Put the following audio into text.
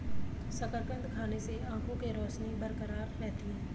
शकरकंद खाने से आंखों के रोशनी बरकरार रहती है